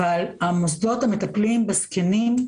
אבל המוסדות המטפלים בזקנים,